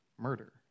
murder